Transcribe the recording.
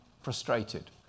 frustrated